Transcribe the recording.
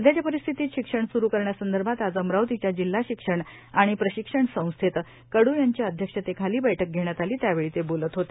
ध्याच्या परिस्थितीत शिक्षण स्रू करण्यासंदर्भात आज अमरावतीच्या जिल्हा शिक्षण आणि प्रशिक्षण संस्थेत कडू यांच्या अध्यक्षतेखाली बैठक घेण्यात आली त्यावेळी ते बोलत होते